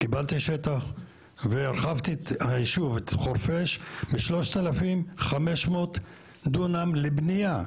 קיבלתי שטח והרחבתי את חורפיש ב-3,500 דונם לבנייה,